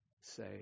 say